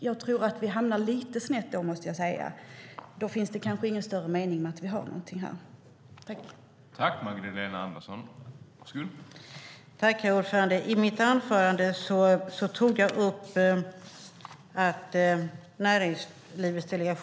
Jag tror att vi hamnar lite snett då, måste jag säga, och då finns det kanske inte någon större mening med att vi har något här i kammaren.